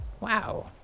Wow